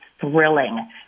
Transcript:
thrilling